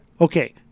Okay